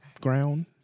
ground